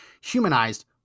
humanized